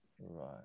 right